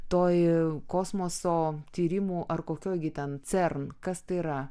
toji kosmoso tyrimų ar kokioj gi ten cern kas tai yra